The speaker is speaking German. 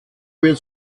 wird